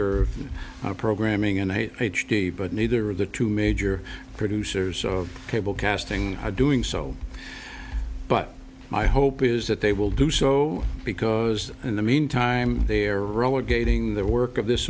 serve programming and i h d but neither of the two major producers of cable casting doing so but my hope is that they will do so because in the meantime they are relegating the work of this